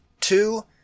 two